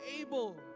able